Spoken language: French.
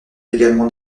également